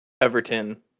Everton